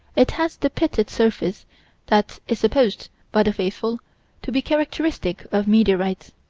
it has the pitted surface that is supposed by the faithful to be characteristic of meteorites.